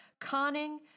Conning